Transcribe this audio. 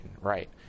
Right